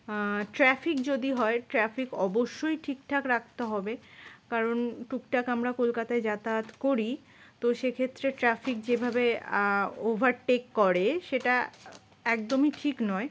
traffic যদি হয় traffic অবশ্যই ঠিকঠাক রাখতে হবে কারণ টুকটাক আমরা কলকাতায় যাতায়াত করি তো সেক্ষেত্রে ট্রাফিক যেভাবে ওভারটেক করে সেটা একদমই ঠিক নয়